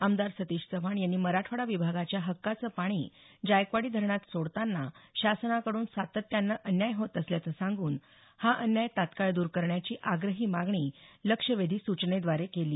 आमदार सतीश चव्हाण यांनी मराठवाडा विभागाच्या हक्काचं पाणी जायकवाडी धरणात सोडताना शासनाकड्रन सातत्यानं अन्याय होत असल्याचं सांगून हा अन्याय तात्काळ दर करण्याची आग्रही मागणी लक्षवेधी सूचनेद्वारे केली